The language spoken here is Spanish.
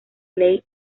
ley